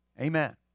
Amen